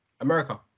America